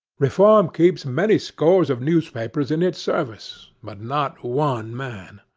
reform keeps many scores of newspapers in its service, but not one man.